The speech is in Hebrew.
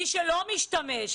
מי שלא משתמש,